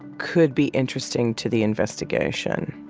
could be interesting to the investigation?